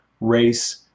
race